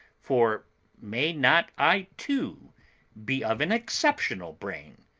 for may not i too be of an exceptional brain,